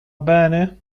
bene